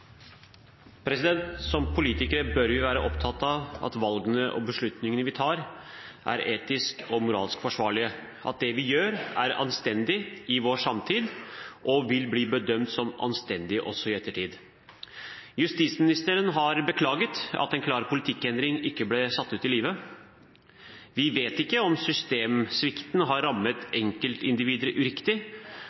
etisk og moralsk forsvarlige, at det vi gjør, er anstendig i vår samtid og vil bli bedømt som anstendig også i ettertid. Justisministeren har beklaget at en klar politikkendring ikke ble satt ut i livet. Vi vet ikke om systemsvikten har rammet enkeltindivider uriktig,